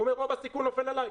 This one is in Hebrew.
הוא אומר "רוב הסיכון נופל עלי,